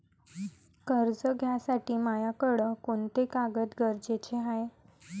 कर्ज घ्यासाठी मायाकडं कोंते कागद गरजेचे हाय?